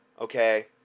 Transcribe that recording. okay